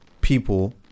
people